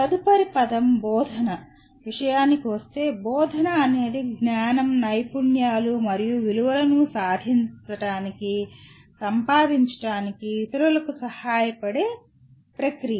తదుపరి పదం "బోధన" విషయానికి వస్తే బోధన అనేది జ్ఞానం నైపుణ్యాలు మరియు విలువలను సంపాదించడానికి ఇతరులకు సహాయపడే ప్రక్రియ